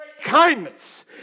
kindness